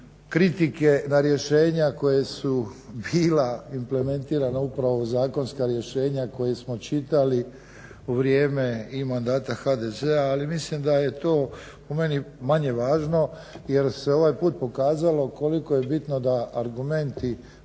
kritike na rješenja koje su bila implementirana upravo u zakonska rješenja koja smo čitali u vrijeme i mandata HDZ-a ali mislim da je to po meni manje važno jer se ovaj put pokazalo koliko je bitno da argumenti